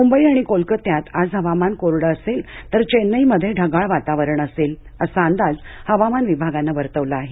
मुंबई आणि कोलकत्यात आज हवामान कोरडं असेल तर चेन्नईमध्ये ढगाळ वातावरण असेल असा अंदाज हवामान विभागानं वर्तवला आहे